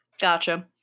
Gotcha